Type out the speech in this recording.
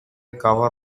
cover